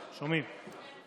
שומעים.